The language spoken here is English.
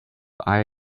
eye